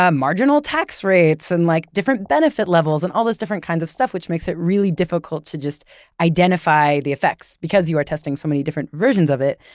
ah marginal tax rates, and like different benefit levels, and all this different kind of stuff, which makes it really difficult to just identify the effects because you are testing so many different versions of it.